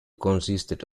consisted